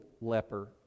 leper